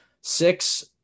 six